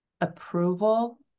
approval